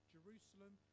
Jerusalem